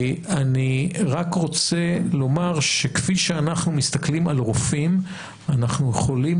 אני רק רוצה לומר שכפי שאנחנו מסתכלים על רופאים אנחנו יכולים